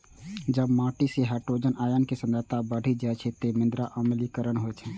जब माटि मे हाइड्रोजन आयन के सांद्रता बढ़ि जाइ छै, ते मृदा अम्लीकरण होइ छै